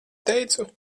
teicu